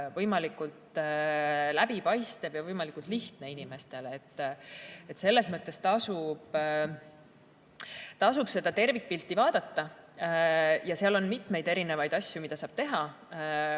võimalikult läbipaistev ja võimalikult lihtne inimestele. Selles mõttes tasub seda tervikpilti vaadata. Seal on mitmeid asju, mida saab teha.